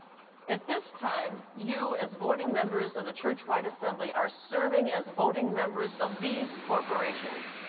at this time, you, as voting members of the churchwide assembly, are serving as voting members of these corporations.